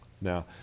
Now